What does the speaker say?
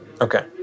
Okay